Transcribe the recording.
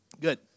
Good